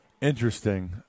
Interesting